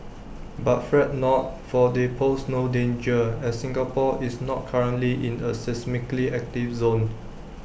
but fret not for they pose no danger as Singapore is not currently in A seismically active zone